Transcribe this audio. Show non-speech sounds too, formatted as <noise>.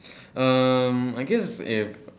<breath> um I guess if